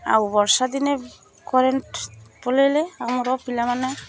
ଆଉ ବର୍ଷା ଦିନେ କରେଣ୍ଟ ପଳେଇଲେ ଆମର ପିଲାମାନେ